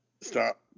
stop